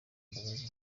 imbabazi